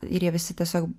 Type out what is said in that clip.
ir jie visi tiesiog